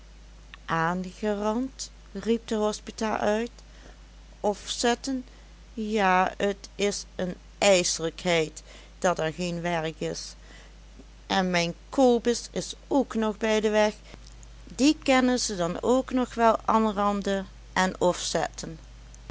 riep de hospita uit ofzetten ja t is een ijselijkheid dat er geen werk is en mijn kobus is ook nog bij de weg die kennen ze dan ook nog wel anranden en